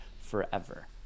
forever